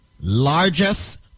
largest